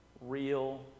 Real